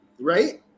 right